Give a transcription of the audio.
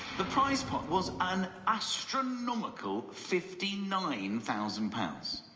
the prize pot was an astronomical fifty nine thousand pounds.